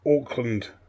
Auckland